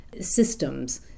Systems